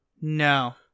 no